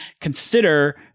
consider